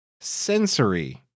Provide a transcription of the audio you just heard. sensory